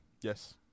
Yes